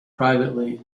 privately